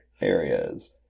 areas